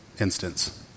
instance